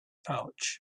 pouch